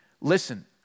listen